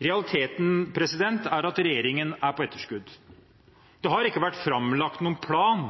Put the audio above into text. Realiteten er at regjeringen er på etterskudd. Det har ikke vært framlagt noen plan